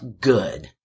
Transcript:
good